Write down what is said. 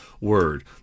word